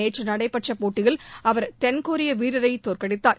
நேற்று நடைபெற்ற போட்டியில் அவர் தென் கொரிய வீரரை தோற்கடித்தார்